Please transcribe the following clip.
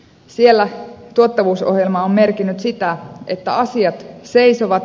siellä tuottavuusohjelma on merkinnyt sitä että asiat seisovat